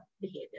behavior